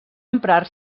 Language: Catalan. emprar